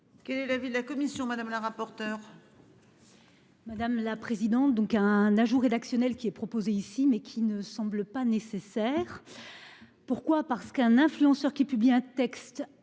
Quel est l'avis de la commission, madame la rapporteure. Madame la présidente. Donc un ajout rédactionnelle qui est proposé ici mais qui ne semble pas nécessaire. Pourquoi, parce qu'un influenceur qui ait pu bien texte